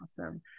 Awesome